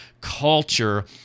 culture